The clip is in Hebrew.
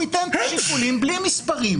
הוא ייתן שיקולים בלי מספרים,